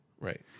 Right